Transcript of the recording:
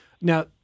Now